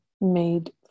made